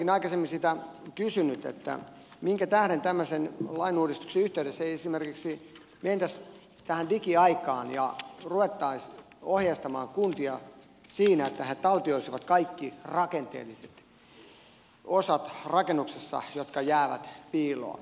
olenkin aikaisemmin sitä kysynyt minkä tähden tämmöisen lainuudistuksen yhteydessä ei esimerkiksi mentäisi digiaikaan ja ruvettaisi ohjeistamaan kuntia siinä että he taltioisivat kaikki rakenteelliset osat jotka jäävät rakennuksessa piiloon